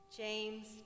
James